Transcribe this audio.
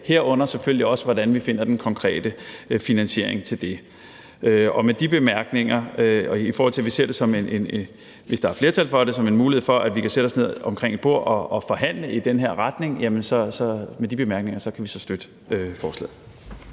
herunder selvfølgelig også, hvordan vi finder den konkrete finansiering til det. Så hvis der er flertal for det, ser vi det som en mulighed for, at vi kan sætte os ned omkring et bord og forhandle i den her retning, og med de bemærkninger kan vi støtte forslaget.